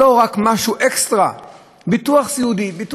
מדובר על מישהו שיש אירוע אצלו,